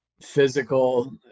physical